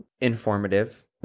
informative